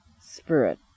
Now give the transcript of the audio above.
spirit